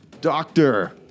Doctor